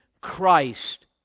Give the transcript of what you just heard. Christ